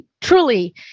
truly